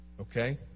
Okay